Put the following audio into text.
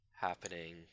happening